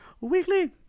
Weekly